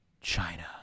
China